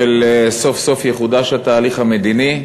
שסוף-סוף יחודש התהליך המדיני.